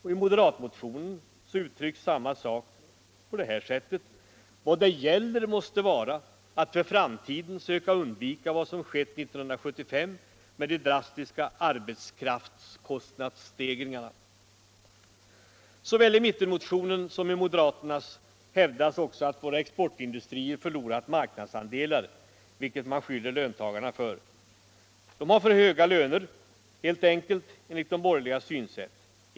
Och i moderatmotionen uttrycks samma sak på det här sättet: ”Vad det gäller måste —-—-- vara att för framtiden söka undvika vad som skett under 1975 med de drastiska arbetskraftskostnadsökningarna ——=.” Såväl i mittenmotionen som i moderaternas motion hävdas också att våra exportindustrier förlorat marknadsandelar, vilket man skyller löntagarna för. De har för höga löner helt enkelt, enligt de borgerligas synsätt.